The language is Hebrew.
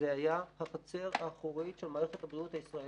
היה החצר האחורית של מערכת הבריאות הישראלית.